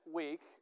week